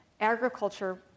agriculture